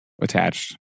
attached